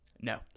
No